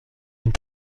une